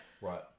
right